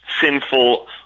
sinful